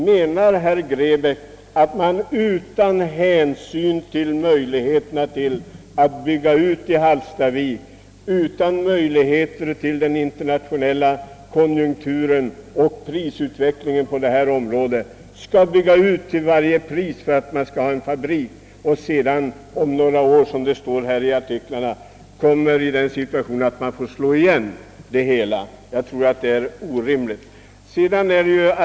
Menar herr Grebäck att man då, utan hänsyn till en planerad utbyggnad i Hallstavik, utan hänsyn till den internationella konjunkturen och prisutvecklingen på området, skall till varje pris bygga ytterligare en fabrik, för att om några år — som det står i tidningsartiklarna — komma i den situationen att man får slå igen? Jag tycker att det är orimligt.